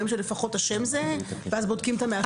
שלפחות השם זהה ואז בודקים את המאפיינים?